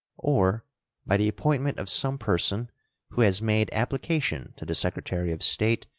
or by the appointment of some person who has made application to the secretary of state,